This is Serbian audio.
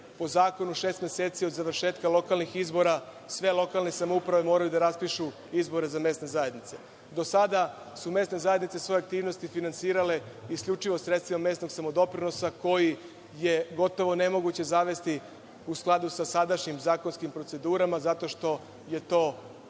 po zakonu šest meseci od završetka lokalnih izbora sve lokalne samouprave moraju da raspišu izbore za mesne zajednice. Do sada su mesne zajednice svoje aktivnosti finansirale isključivo sredstvima mesnog samodoprinosa, koji je gotovo nemoguće zavesti u skladu sa sadašnjim zakonskim procedurama, zato što se to na